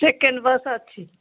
second bus ଅଛି